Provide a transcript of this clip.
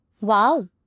Wow